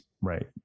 right